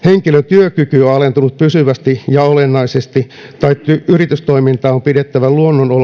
työkyky on alentunut pysyvästi ja olennaisesti tai yritystoimintaa on pidettävä luonnonolosuhteista johtuen kausiluonteisena ja toimintakausi on päättynyt